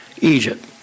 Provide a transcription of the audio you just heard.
Egypt